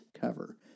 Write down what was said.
cover